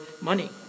money